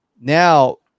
now